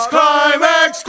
Climax